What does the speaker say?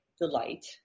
delight